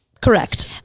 Correct